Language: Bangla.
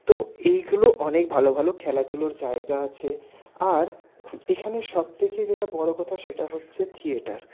তো এইগুলো অনেক ভালো ভালো খেলাধুলোর জায়গা আছে আর এখানে সব থেকে যেটা বড়ো কথা সেটা হচ্ছে থিয়েটার